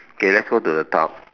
okay let's go to the top